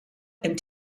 and